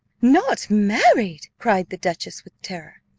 not married! cried the dowager with terror.